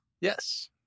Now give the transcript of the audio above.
Yes